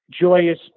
joyous